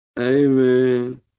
Amen